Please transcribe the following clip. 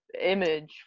image